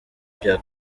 bya